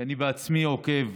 כי אני בעצמי עוקב